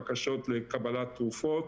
בקשות לקבלת תרופות.